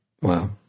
Wow